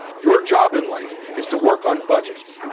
your job in life is to work on budgets,